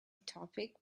topic